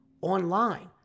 online